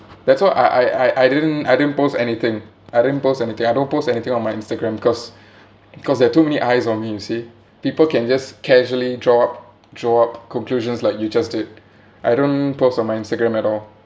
that's why I I I I I didn't I didn't post anything I didn't post anything I don't post anything on my instagram because because there're too many eyes on me you see people can just casually draw up draw up conclusions like you just did I don't post on my instagram at all